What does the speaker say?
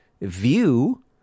view